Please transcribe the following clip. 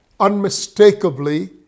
unmistakably